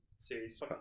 series